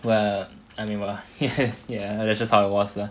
well I mean well ya that's just how it was lah